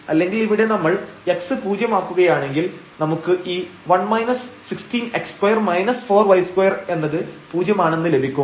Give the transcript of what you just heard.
അല്ലെങ്കിൽ ഇവിടെ നമ്മൾ x പൂജ്യമാക്കുകയാണെങ്കിൽ നമുക്ക് ഈ 1 16x2 4y2 എന്നത് പൂജ്യമാണെന്ന് ലഭിക്കും